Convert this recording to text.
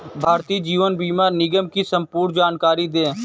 भारतीय जीवन बीमा निगम की संपूर्ण जानकारी दें?